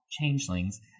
Changelings